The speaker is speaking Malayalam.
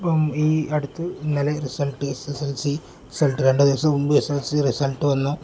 ഇപ്പം ഈ അടുത്ത് ഇന്നലെ result S S L C result രണ്ട് ദിവസം മുമ്പ് S S L C result വന്നു